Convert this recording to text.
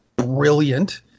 brilliant